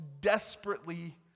desperately